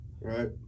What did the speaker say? Right